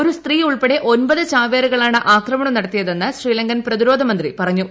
ഒരു സ്ത്രീ ഉൾപ്പെടെ ഒൻപത് ചാവേറുകളാണ് ആക്രമണം നടത്തിയതെന്ന് ശ്രീലങ്കൻ പ്രതിരോധമന്ത്രി പറഞ്ഞു